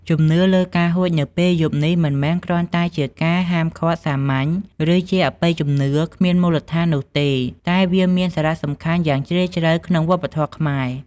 ជំនឿលើការហួចនៅពេលយប់នេះមិនមែនគ្រាន់តែជាការហាមឃាត់សាមញ្ញ ឬជាអបិយជំនឿគ្មានមូលដ្ឋាននោះទេ តែវាមានសារៈសំខាន់យ៉ាងជ្រាលជ្រៅក្នុងវប្បធម៌ខ្មែរ។